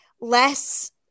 less